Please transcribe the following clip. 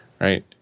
right